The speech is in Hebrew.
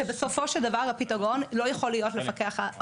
שבסופו של דבר הפתרון לא יכול להיות לפקח על,